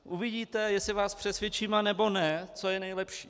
Uvidíte, jestli vás přesvědčím, anebo ne, co je nejlepší.